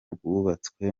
rwubatswe